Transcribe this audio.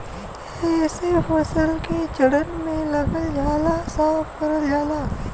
एसे फसल के जड़न में लगल झाला साफ करल जाला